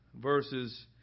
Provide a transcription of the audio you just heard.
verses